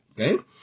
Okay